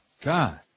God